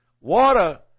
Water